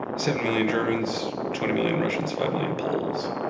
seven million germans twenty million russians five million poles